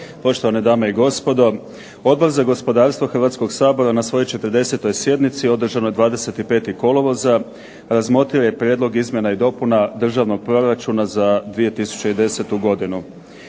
poštovane dame i gospodo. Odbor za gospodarstvo Hrvatskog sabora na svojoj 40. sjednici održanoj 25. kolovoza razmotrio je prijedlog izmjena i dopuna Državnog proračuna za 2010. godinu.